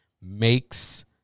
makes